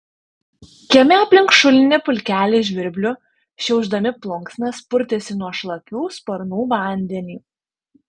kieme aplink šulinį pulkelis žvirblių šiaušdami plunksnas purtėsi nuo šlapių sparnų vandenį